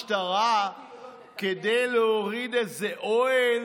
איזה יחידת משטרה כדי להוריד איזה אוהל